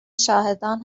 شاهدان